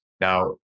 now